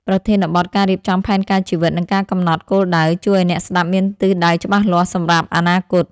ប្រធានបទ ការរៀបចំផែនការជីវិត និងការកំណត់គោលដៅ ជួយឱ្យអ្នកស្ដាប់មានទិសដៅច្បាស់លាស់សម្រាប់អនាគត។